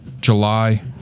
July